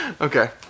Okay